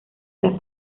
las